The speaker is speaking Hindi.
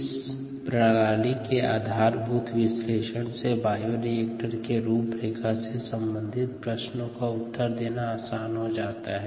इन परिचालन प्रणाली के आधारभूत विश्लेषण से के रूपरेखा से संबंधित प्रश्नों का उत्तर देना आसान हो जाता है